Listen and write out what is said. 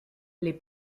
les